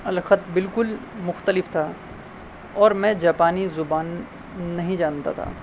الخط بالکل مختلف تھا اور میں جاپانی زبان نہیں جانتا تھا